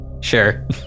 Sure